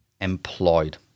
employed